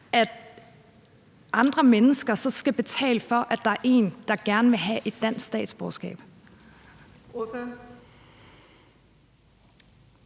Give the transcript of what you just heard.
at andre mennesker skal betale for, at der er nogle, der gerne vil have et statsborgerskab.